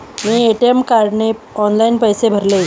मी ATM कार्डने online पैसे भरले